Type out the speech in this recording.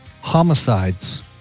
homicides